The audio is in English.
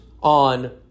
on